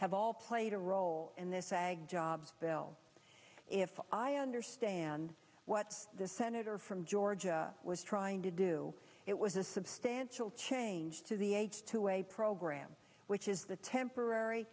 have all played a role in this egg jobs bill if i understand what the senator from georgia was trying to do it was a substantial change to the h two a program which is the temporary